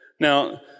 Now